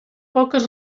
poques